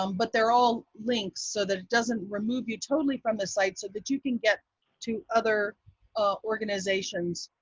um but they're all links. so that doesn't remove you totally from the site so that you can get to other ah organizations,